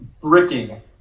Bricking